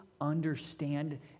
understand